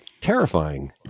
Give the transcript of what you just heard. terrifying